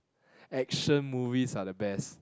action movies are the best